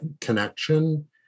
connection